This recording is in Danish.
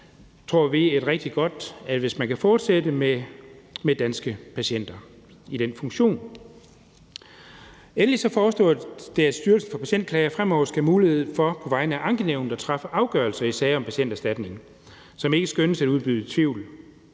tror vi, rigtig godt, hvis man kan fortsætte med Danske Patienter i den funktion. Endelig foreslås det, at Styrelsen for Patientklager fremover skal have mulighed for på vegne af ankenævnet at træffe afgørelser i sager om patienterstatning, som ikke skønnes at udbyde tvivl.